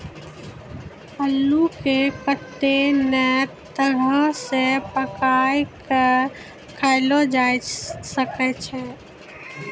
अल्लू के कत्ते नै तरह से पकाय कय खायलो जावै सकै छै